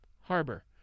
Harbor